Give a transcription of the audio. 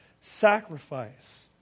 sacrifice